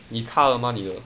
你插了吗你的